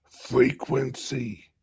Frequency